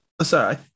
Sorry